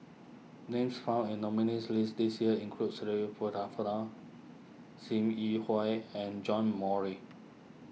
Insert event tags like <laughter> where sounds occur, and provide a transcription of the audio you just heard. names found in nominees' list this year include Shirin Fozdar <unintelligible> Sim Yi Hui and John Morry